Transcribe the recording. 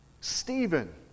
Stephen